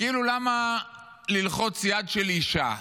כאילו, למה ללחוץ יד של אישה?